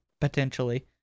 potentially